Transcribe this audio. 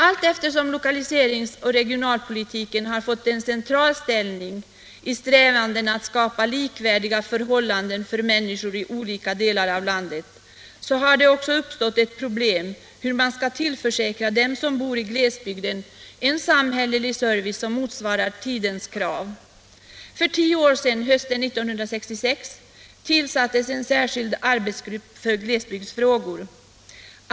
Allteftersom lokaliserings och regionalpolitiken har fått en central ställning i strävandena att skapa likvärdiga förhållanden för människor i olika delar av landet, har det också uppstått ett problem hur man skall tillförsäkra dem som bor i glesbygden en samhällelig service som motsvarar tidens krav. För tio år sedan, hösten 1966, tillsattes en särskild arbetsgrupp för glesbygdsfrågor.